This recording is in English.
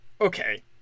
okay